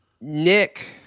Nick